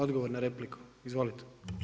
Odgovor na repliku, izvolite.